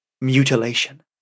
mutilation